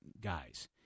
guys